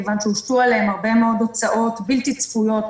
מכוון שהושתו עליהם הרבה מאוד הוצאות בלתי צפויות,